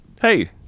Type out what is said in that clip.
hey